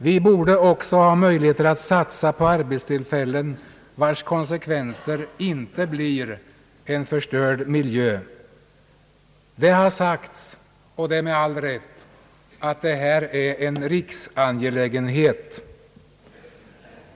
Vi borde också ha möjligheter att satsa på arbetstillfällen, vars konsekvenser inte blir en förstörd miljö. Det har sagts — och det med all rätt — att detta är en riksangelägenhet.